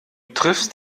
triffst